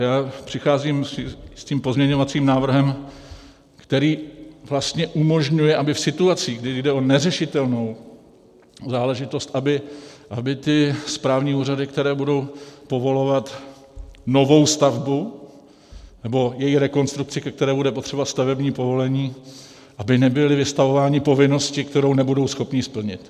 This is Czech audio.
Já přicházím s pozměňovacím návrhem, který umožňuje, aby v situacích, kdy jde o neřešitelnou záležitost, ty správní úřady, které budou povolovat novou stavbu nebo její rekonstrukci, ke které bude potřeba stavební povolení, nebyly vystavovány povinnosti, kterou nebudou schopny splnit.